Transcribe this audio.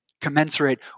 commensurate